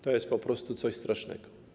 To jest po prostu coś strasznego.